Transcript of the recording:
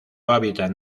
hábitat